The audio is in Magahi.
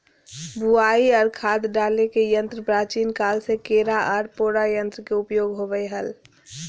बुवाई आर खाद डाले के यंत्र प्राचीन काल से केरा आर पोरा यंत्र के उपयोग होवई हल